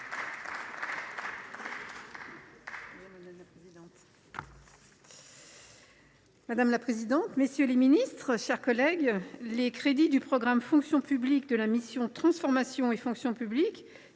Madame la présidente, messieurs les ministres, mes chers collègues, les crédits du programme « Fonction publique », de la mission « Transformation et fonction publiques